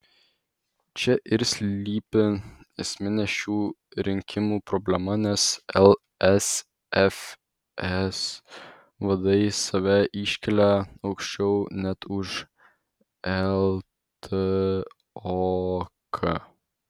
čia ir slypi esminė šių rinkimų problema nes lsfs vadai save iškelia aukščiau net už ltok